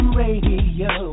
radio